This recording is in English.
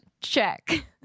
check